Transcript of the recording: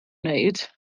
wneud